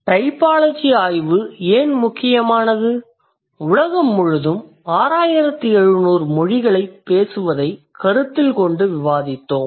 typology ஆய்வு ஏன் முக்கியமானது உலகம் முழுதும் 6700 மொழிகளைப் பேசுவதைக் கருத்தில் கொண்டு விவாதித்தோம்